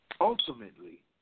Ultimately